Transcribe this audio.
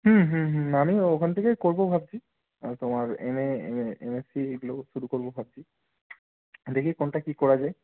হুম হুম হুম আমিও ওখান থেকেই করবো ভাবছি তোমার M A A M S C এগুলো শুরু করবো ভাবছি দেখি কোনটা কী করা যায়